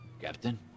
captain